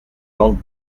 langue